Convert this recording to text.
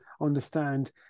understand